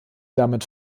damit